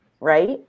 right